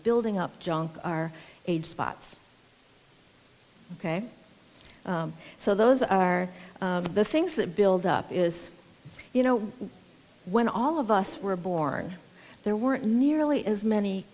building up junk are age spots ok so those are the things that build up is you know when all of us were born there weren't nearly as many